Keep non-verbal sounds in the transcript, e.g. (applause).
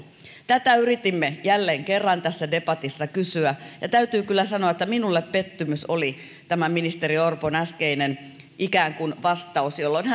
tätä yritimme jälleen kerran debatissa kysyä ja täytyy kyllä sanoa että minulle pettymys oli ministeri orpon äskeinen ikään kuin vastaus jolloin (unintelligible)